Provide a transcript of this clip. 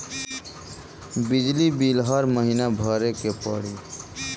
बिजली बिल हर महीना भरे के पड़ी?